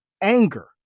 anger